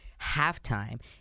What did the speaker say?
halftime